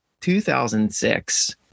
2006